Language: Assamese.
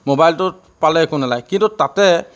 মোবাইলটো পালে একো নেলাগে কিন্তু তাতে